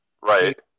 Right